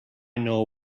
know